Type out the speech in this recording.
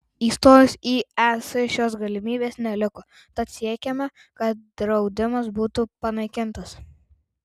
įstojus į es šios galimybės neliko tad siekiame kad draudimas būtų panaikintas